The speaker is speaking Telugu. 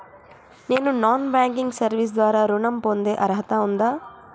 నేను నాన్ బ్యాంకింగ్ సర్వీస్ ద్వారా ఋణం పొందే అర్హత ఉందా?